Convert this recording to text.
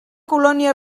colònia